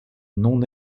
non